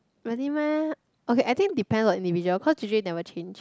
really meh okay I think depend on individual cause usually they will change